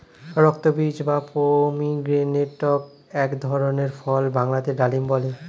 রক্তবীজ বা পমিগ্রেনেটক এক ধরনের ফল বাংলাতে ডালিম বলে